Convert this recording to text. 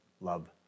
love